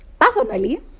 personally